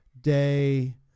day